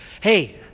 Hey